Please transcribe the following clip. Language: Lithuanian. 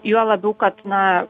juo labiau kad na